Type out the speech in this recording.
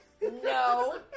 No